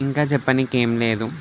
ఇంకా చెప్పనీకి ఏం లేదు